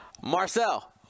Marcel